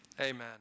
amen